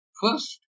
first